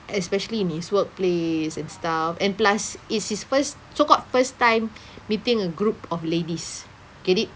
especially in his workplace and stuff and plus it's his first so called first time meeting a group of ladies get it